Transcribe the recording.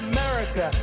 America